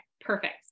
perfect